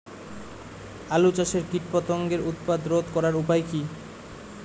আলু চাষের কীটপতঙ্গের উৎপাত রোধ করার উপায় কী?